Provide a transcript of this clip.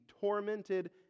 tormented